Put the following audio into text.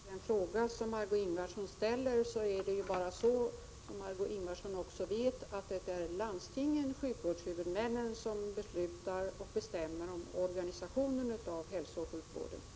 Herr talman! På den fråga som Margéö Ingvardsson ställer vill jag svara att som Margéö Ingvardsson vet är det landstingen, sjukvårdshuvudmännen, som beslutar och bestämmer om organisationen av hälsooch sjukvården.